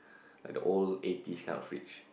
like the old eighties kind of fridge